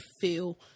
feel